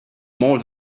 more